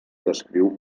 descriu